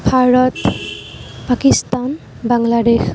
Bharat Pakistan Bangladesh